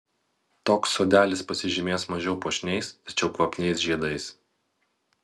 toks sodelis pasižymės mažiau puošniais tačiau kvapniais žiedais